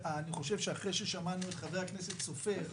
אני חושב שאחרי ששמענו את חבר הכנסת סופר,